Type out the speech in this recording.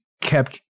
kept